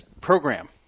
program